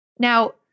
Now